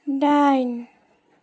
दाइन